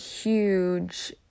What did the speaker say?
huge